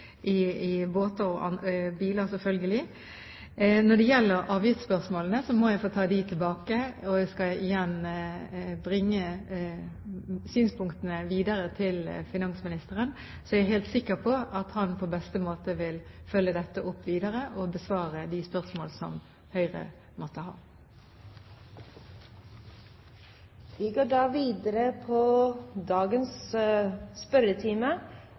biler. Når det gjelder avgiftsspørsmålene, må jeg få ta med disse tilbake til finansministeren og bringe synspunktene videre til ham. Jeg er helt sikker på at han på beste måte vil følge dette videre opp, og besvare de spørsmålene som Høyre måtte ha. Vi går da videre i dagens spørretime.